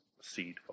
seed